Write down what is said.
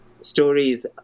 stories